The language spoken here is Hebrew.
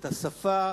את השפה,